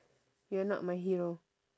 you are not my hero